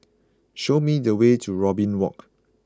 show me the way to Robin Walk